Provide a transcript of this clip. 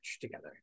together